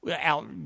out